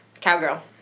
Cowgirl